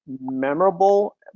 memorable